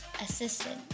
assistant